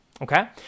Okay